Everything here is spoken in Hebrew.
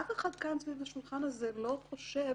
אף אחד כאן, סביב השולחן הזה, לא חושב